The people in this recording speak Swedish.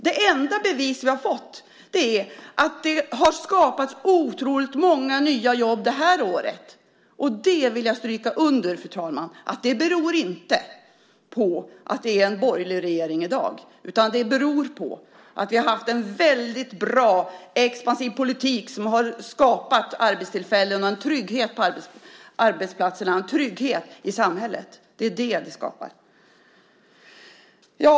Det enda bevis vi har fått är att det har skapats otroligt många nya jobb det här året, och det vill jag stryka under, fru talman, beror inte på att det är en borgerlig regering i dag utan det beror på att vi har haft en väldigt bra, expansiv politik som har skapat arbetstillfällen, en trygghet på arbetsplatserna och en trygghet i samhället. Det är det som skapar arbete.